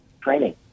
training